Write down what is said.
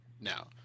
now